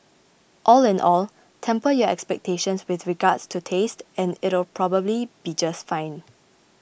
all in all temper your expectations with regards to taste and it'll probably be just fine